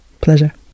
Pleasure